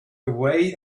away